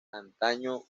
antaño